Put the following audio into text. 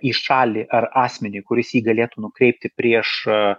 į šalį ar asmeniui kuris jį galėtų nukreipti prieš a